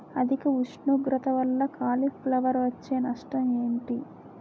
అధిక ఉష్ణోగ్రత వల్ల కాలీఫ్లవర్ వచ్చే నష్టం ఏంటి?